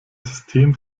system